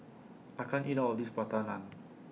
I can't eat All of This Plata Naan